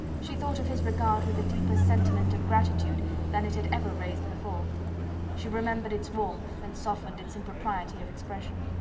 she thought of his regard with a deeper sentiment of gratitude than it had ever raised before she remembered its warmth, and softened its impropriety of expression.